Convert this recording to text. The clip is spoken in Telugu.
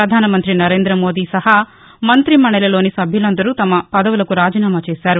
ప్రధానమంతి నరేంద్రమోదీ సహా మంతి మండలిలోని సభ్యులందరూ తమ పదవులకు రాజీనామా చేశారు